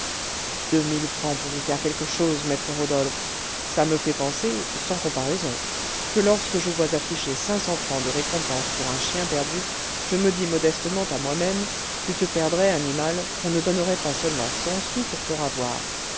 deux mille francs pour vous faire quelque chose maître rodolphe ça me fait penser sans comparaison que lorsque je vois afficher cinq cents francs de récompense pour un chien perdu je me dis modestement à moi-même tu te perdrais animal qu'on ne donnerait pas seulement cent sous pour te ravoir